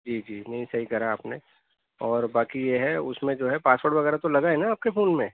جی جی نہیں صحیح کرا آپ نے اور باقی یہ ہے اس میں جو ہے پاس ورڈ وغیرہ تو لگا ہے نا آپ کے فون میں